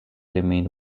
remained